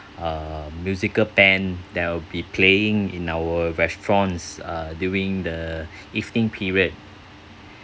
a musical band that will be playing in our restaurants uh during the evening period